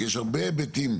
כי יש הרבה היבטים.